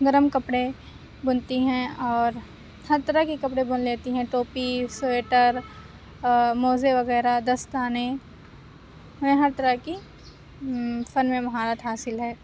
گرم کپڑے بُنتی ہیں اور ہر طرح کے کپڑے بُن لیتی ہیں ٹوپی سویٹر اور موزے وغیرہ دستانے یعنی ہر طرح کی فن میں مہارت حاصل ہے